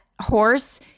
horse